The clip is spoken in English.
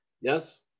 Yes